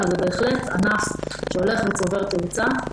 אבל זה בהחלט ענף שהולך וצובר תאוצה,